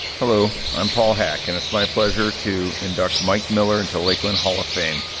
hello. i'm paul hach. and it's my pleasure to induct mike miller into lakeland hall of fame.